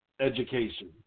Education